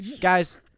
Guys